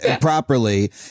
properly